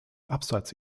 abseits